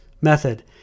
method